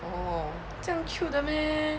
oh 这样 cute 的 meh